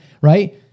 right